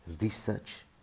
research